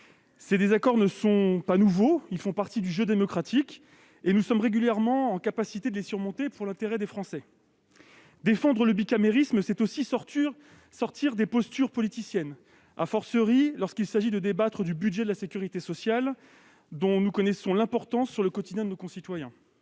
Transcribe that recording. Ces désaccords ne sont pas nouveaux ; ils font partie du jeu démocratique et nous sommes capables de les surmonter, dans l'intérêt des Français. Défendre le bicamérisme, c'est aussi sortir des postures politiciennes, lorsqu'il s'agit de débattre du budget de la sécurité sociale, dont nous connaissons l'importance au quotidien pour nos concitoyens.